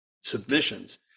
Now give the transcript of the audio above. submissions